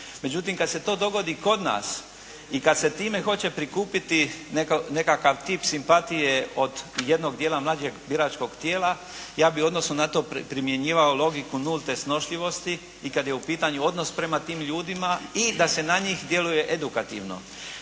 Međutim, kad se to dogodi kod nas i kad se time hoće prikupiti nekakav tip simpatije od jednog dijela mlađeg biračkog tijela, ja bi u odnosu na to primjenjivao logiku nulte snošljivosti. I kad je u pitanju odnos prema tim ljudima i da se na njih djeluje edukativno.